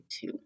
two